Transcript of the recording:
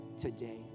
today